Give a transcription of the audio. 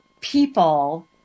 people